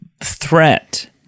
threat